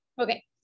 okay